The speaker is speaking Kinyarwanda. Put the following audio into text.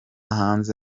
hanze